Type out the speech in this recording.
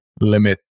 limit